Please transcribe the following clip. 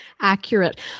accurate